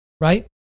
right